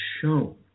shown